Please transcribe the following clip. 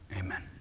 Amen